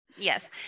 Yes